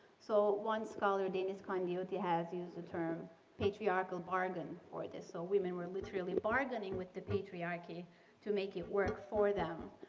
so, one scholar, deniz kandiyoti, has used the term patriarchal bargain for this. so, women were literally bargaining with the patriarchy to make it work for them,